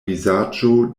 vizaĝo